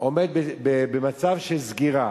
עומדת במצב של סגירה,